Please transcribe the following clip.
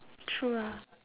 true lah